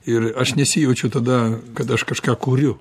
ir aš nesijaučiu tada kad aš kažką kuriu